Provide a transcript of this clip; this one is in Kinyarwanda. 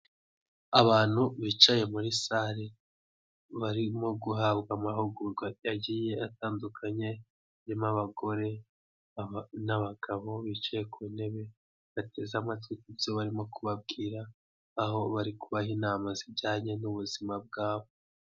Abantu bicaye muri sale barimo guhabwa amahugurwa agiye atandukanye, harimo abagore n'abagabo bicaye ku ntebe, bateze amatwi ndetse ku byo barimo kubabwira aho bari kubaha inama zijyanye n'ubuzima bwabo.